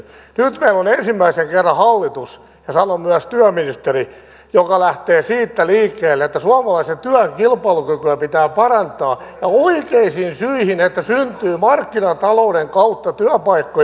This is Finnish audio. nyt meillä on ensimmäisen kerran hallitus ja sanon myös työministeri joka lähtee siitä liikkeelle että suomalaisen työn kilpailukykyä pitää parantaa ja oikeista syistä että syntyy markkinatalouden kautta työpaikkoja